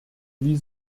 wie